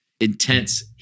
intense